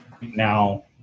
now